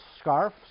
scarf